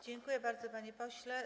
Dziękuję bardzo, panie pośle.